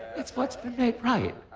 it's what's been made right.